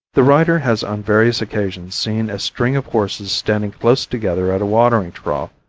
the writer has on various occasions seen a string of horses standing close together at a watering-trough,